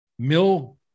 Mill